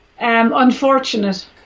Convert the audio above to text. unfortunate